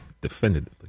Definitively